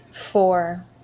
four